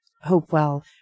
Hopewell